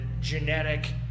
genetic